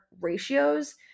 ratios